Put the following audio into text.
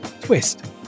twist